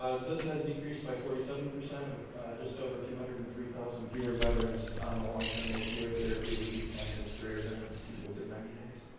ah this has decreased by forty seven percent with just over two hundred and three thousand fewer veterans on a long-term opioid therapy which we defined as greater than or equal to ninety days.